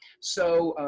so,